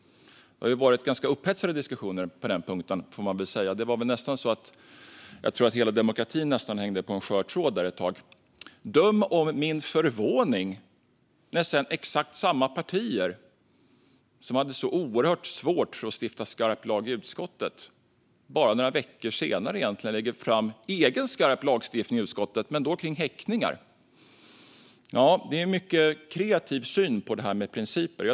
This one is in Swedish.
Det har ju varit ganska upphetsade diskussioner på den punkten. Det var nästan så att hela demokratin hängde på en skör tråd där ett tag. Döm om min förvåning när sedan exakt samma partier som hade så svårt för att stifta skarp lag i utskottet bara några veckor senare lade fram egen skarp lagstiftning i utskottet men då kring häktningar. Det är en mycket kreativ syn på detta med principer.